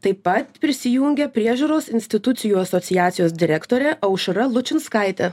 taip pat prisijungė priežiūros institucijų asociacijos direktorė aušra lučinskaitė